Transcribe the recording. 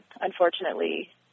unfortunately